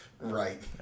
Right